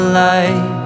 light